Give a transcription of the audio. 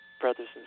brothers